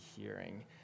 hearing